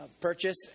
purchase